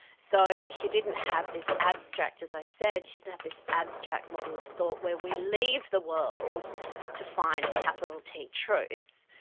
so she didn't have this abstract, as i said, she didn't have this abstract model of thought where we leave the world to find capital t truth.